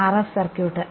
RF circuit